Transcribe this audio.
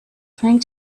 trying